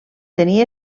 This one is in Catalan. tenir